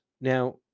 Now